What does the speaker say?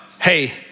hey